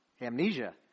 amnesia